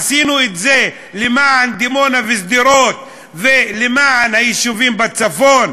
עשינו את זה למען דימונה ושדרות ולמען היישובים בצפון,